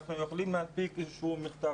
אנחנו יכולים להנפיק מסמך,